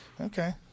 okay